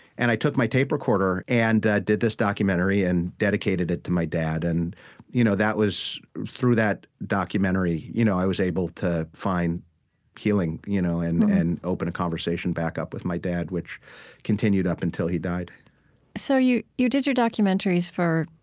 and i took my tape recorder and did this documentary, and dedicated it to my dad, and you know that was through that documentary you know i was able to find healing you know and and open a conversation back up with my dad, which continued up until he died so you you did your documentaries for,